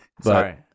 Sorry